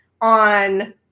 on